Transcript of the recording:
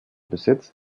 besetzt